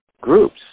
groups